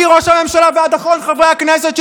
מראש הממשלה ועד אחרון חברי הכנסת,